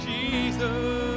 Jesus